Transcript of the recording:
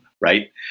Right